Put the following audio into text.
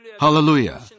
Hallelujah